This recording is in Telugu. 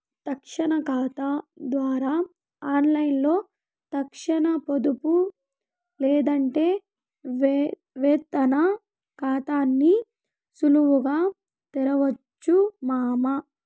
తక్షణ కాతా ద్వారా ఆన్లైన్లో తక్షణ పొదుపు లేదంటే వేతన కాతాని సులువుగా తెరవొచ్చు మామా